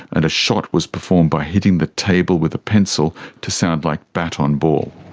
and a shot was performed by hitting the table with a pencil to sound like bat on ball.